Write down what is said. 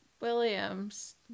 Williams